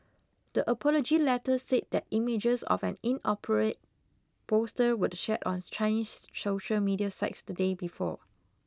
the apology letter said that images of an in operate poster were shared on Chinese social media sites the day before